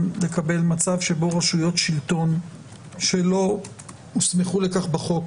לקבל מצב שבו רשויות שלטון שלא הוסמכו לכך בחוק,